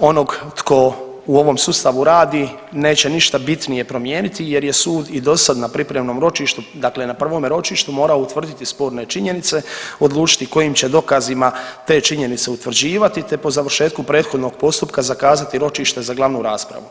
onog tko u ovom sustavu radi neće ništa bitnije promijeniti jer je sud i do sad na pripremnom ročištu, dakle na prvome ročištu morao utvrditi sporne činjenice, odlučiti kojim će dokazima te činjenice utvrđivati, te po završetku prethodnog postupka zakazati ročište za glavnu raspravu.